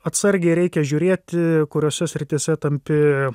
atsargiai reikia žiūrėti kuriose srityse tampi